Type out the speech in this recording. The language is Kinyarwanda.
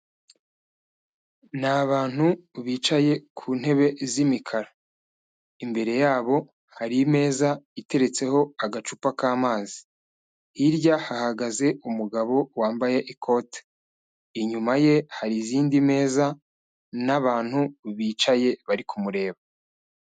Ni abantu bicaye ku ntebe z'imikara. Imbere yabo hari imeza iteretseho agacupa k'amazi. Hirya hahagaze umugabo wambaye ikote. Inyuma ye hari izindi meza, n'abantu bicaye, bari kumureba.